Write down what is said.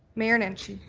mayor nenshi?